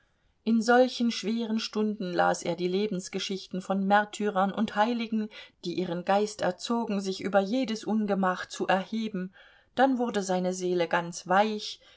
in solchen schweren stunden las er die lebensgeschichten von märtyrern und heiligen die ihren geist erzogen sich über jedes ungemach zu erheben dann wurde seine seele ganz weich